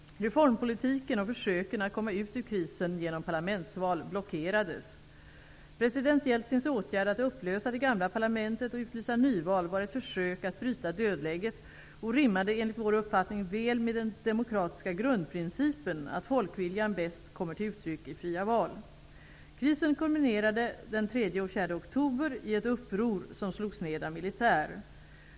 Reformpolitiken och försöken att komma ut ur krisen genom parlamentsval blockerades. President Jeltsins åtgärd att upplösa det gamla parlamentet och utlysa nyval var ett försök att bryta dödläget och rimmade enligt vår uppfattning väl med den demokratiska grundprincipen att folkviljan bäst kommer till uttryck i fria val. Krisen kulminerade den 3 och 4 oktober i ett uppror som slogs ned av militär.